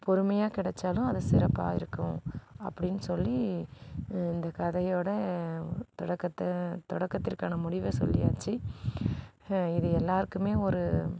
பொறுமையாக கிடச்சாலும் அது சிறப்பாக இருக்கும் அப்படின்னு சொல்லி இந்த கதையோடய தொடக்கத்தை தொடக்கத்திற்கான முடிவை சொல்லியாச்சு இது எல்லோருக்குமே ஒரு